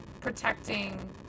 protecting